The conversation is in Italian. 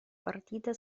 partita